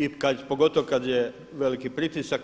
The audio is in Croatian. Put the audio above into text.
I pogotovo kad je veliki pritisak